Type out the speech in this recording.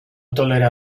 tolera